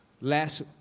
Last